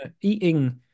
eating